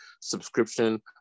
Subscription